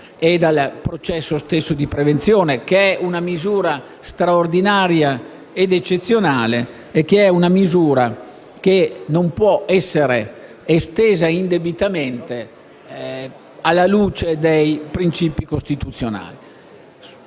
e dal processo stesso di prevenzione, che è una misura straordinaria ed eccezionale che non può essere estesa indebitamente alla luce dei principi costituzionali.